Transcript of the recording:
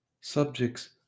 Subjects